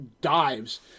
dives